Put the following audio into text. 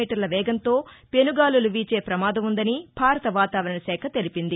మీ వేగంతో పెనుగాలులు వీచే పమాదం వుందని భారత వాతావరణ శాఖ తెలిపింది